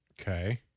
Okay